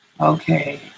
Okay